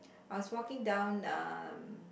I was walking down um